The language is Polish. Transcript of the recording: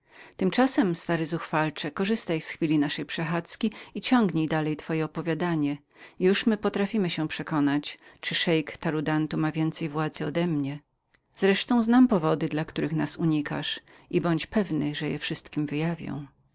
tymczasem stary zuchwalcze korzystaj z chwili naszej przechadzki i ciągnij dalej twoje opowiadanie już my potrafimy się przekonać czyli szeik tarudantu ma więcej władzy odemnie wreszcie znam powody dla których nas unikasz i bądź pewnym że je wszystkim wyjawię